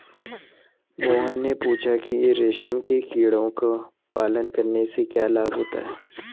मोहन ने पूछा कि रेशम के कीड़ों का पालन करने से क्या लाभ होता है?